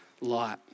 Light